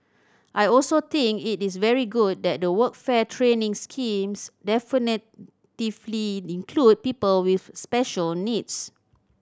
I also think it is very good that the workfare training schemes definitively include people with special needs